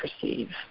perceive